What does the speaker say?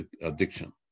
addiction